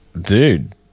dude